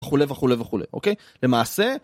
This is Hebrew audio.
כולה וכולה וכולה אוקיי? למעשה